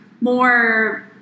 more